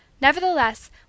Nevertheless